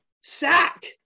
Sack